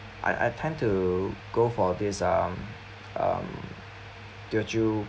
I I tend to go for this um um teochew